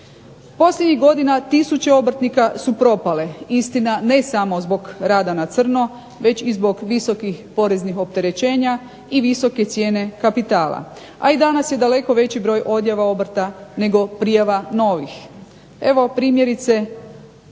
Posljednjih godina tisuće obrtnika su propale, istina ne samo zbog rada na crno već i zbog visokih poreznih opterećenja i visoke cijene kapitala. A i danas je daleko veći broj odljeva obrta nego prijava novih. Evo primjerice